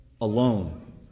alone